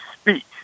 speech